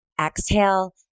exhale